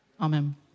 Amen